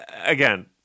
Again